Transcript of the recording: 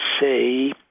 say